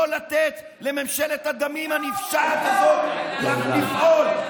לא לתת לממשלת הדמים הנפשעת הזאת לפעול.